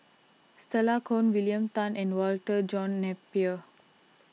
Stella Kon William Tan and Walter John Napier